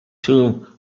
tomb